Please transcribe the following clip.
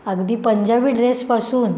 अगदी पंजाबी ड्रेसपासून